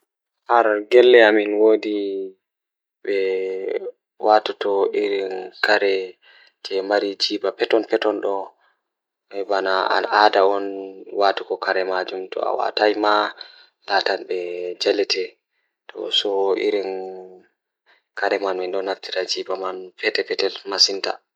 Ko njamaaji ngorko, pocket ko feere njamaaji e hoore jeans. Ko rewɓe ngal rewɓe njiddaade fiyaangu. Ɓeɗɗo ngal, njamaaji ngal pocket ngal haɓɓude rewɓe fiyaangu.